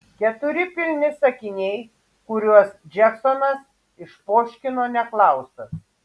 keturi pilni sakiniai kuriuos džeksonas išpoškino neklaustas